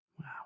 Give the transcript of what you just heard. Wow